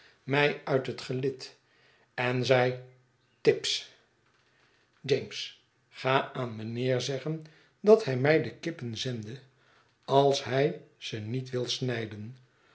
mij uit het gelid en zei tibbs james ga aan meneer zeggen dat hy mij de kippen zende als hij ze niet wil snijden